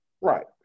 Right